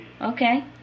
Okay